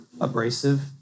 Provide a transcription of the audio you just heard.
abrasive